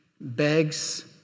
begs